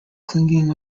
clinging